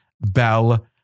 bell